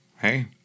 hey